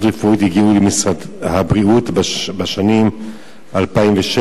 רפואית הגיעו למשרד הבריאות בשנים 2007,